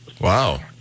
Wow